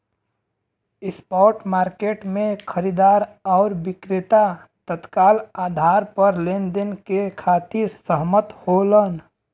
spot market में खरीदार आउर विक्रेता तत्काल आधार पर लेनदेन के खातिर सहमत होलन